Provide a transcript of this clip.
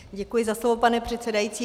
Děkuji za slovo, pane předsedající.